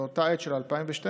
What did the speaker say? לאותה עת של 2012,